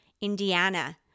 Indiana